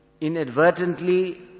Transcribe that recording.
inadvertently